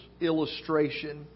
illustration